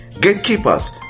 gatekeepers